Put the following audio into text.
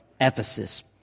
Ephesus